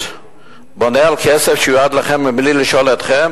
בונה על כסף שיועד לכם בלי לשאול אתכם?